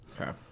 Okay